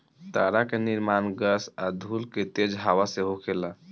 तारा के निर्माण गैस आ धूल के तेज हवा से होखेला